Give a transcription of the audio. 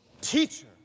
Teacher